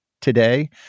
today